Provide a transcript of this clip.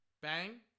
Bang